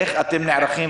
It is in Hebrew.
איך אתם נערכים?